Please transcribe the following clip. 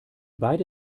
beide